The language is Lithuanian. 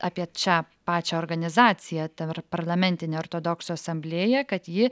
apie šią pačią organizaciją tarpparlamentinę ortodoksų asamblėją kad ji